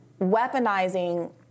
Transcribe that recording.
weaponizing